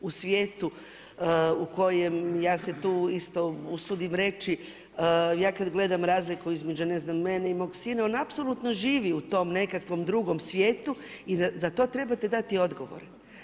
U svijetu u kojem, ja se tu isto usudim reći, ja kada gledam razliku, između ne znam mene i mog sin, on apsolutno živi u tom nekakvom drugom svijetu i za to trebate dati odgovor.